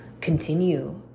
continue